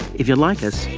if you like us,